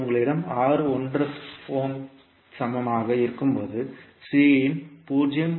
இப்போது உங்களிடம் R 1 ஓமிற்கு சமமாக இருக்கும்போது C 0